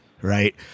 right